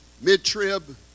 mid-trib